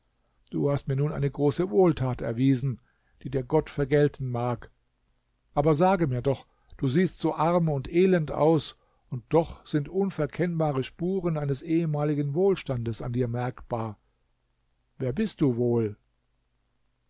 du hast mir nun eine große wohltat erwiesen die dir gott vergelten mag aber sage mir doch du siehst so arm und elend aus und doch sind unverkennbare spuren eines ehemaligen wohlstandes an dir merkbar wer bist du wohl